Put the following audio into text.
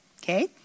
Okay